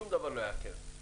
שום דבר לא יעכב אותנו סתם.